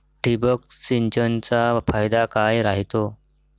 ठिबक सिंचनचा फायदा काय राह्यतो?